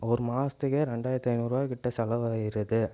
ஒரு மாசத்துக்கே ரெண்டாயிரத்தி ஐநூறுபா கிட்டே செலவாகிருது